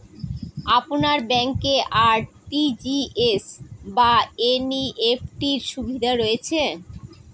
আপনার ব্যাংকে আর.টি.জি.এস বা এন.ই.এফ.টি র সুবিধা রয়েছে?